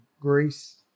Greece